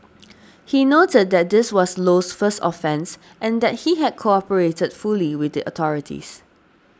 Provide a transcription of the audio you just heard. he noted that this was Low's first offence and that he had cooperated fully with the authorities